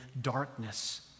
darkness